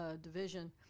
Division